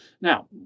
Now